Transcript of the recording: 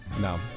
No